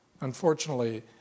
Unfortunately